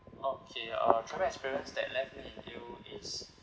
okay uh travel experience that left me is